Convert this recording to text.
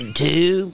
two